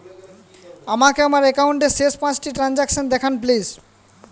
আমাকে আমার একাউন্টের শেষ পাঁচটি ট্রানজ্যাকসন দেখান প্লিজ